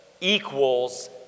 equals